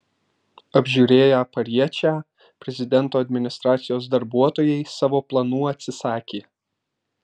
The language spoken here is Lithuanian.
apžiūrėję pariečę prezidento administracijos darbuotojai savo planų atsisakė